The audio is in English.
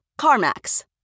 CarMax